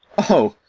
o!